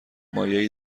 مایعی